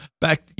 back